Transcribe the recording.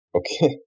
okay